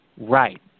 Right